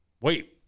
wait